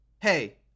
hey